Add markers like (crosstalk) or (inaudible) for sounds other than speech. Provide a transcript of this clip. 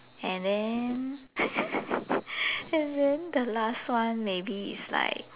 and then (laughs) and then the last one maybe is like